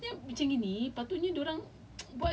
you have to wait another year lah so you have to extend another year